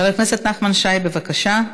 חבר הכנסת נחמן שי, בבקשה.